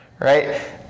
right